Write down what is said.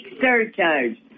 surcharge